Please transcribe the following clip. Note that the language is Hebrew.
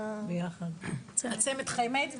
הצמד חמד,